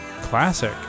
classic